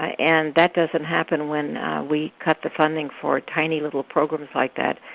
and that doesn't happen when we cut the funding for tiny little programs like that,